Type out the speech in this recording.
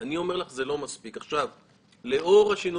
אני רק אומר שמהלך שהתחלנו אותו אז לטובת התחרות